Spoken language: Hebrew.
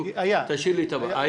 תשאיר לי את --- היה.